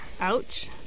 Ouch